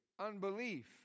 unbelief